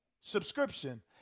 subscription